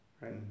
right